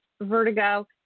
vertigo